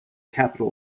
capital